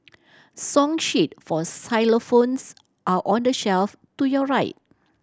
song sheet for xylophones are on the shelf to your right